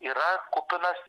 yra kupinas